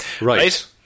Right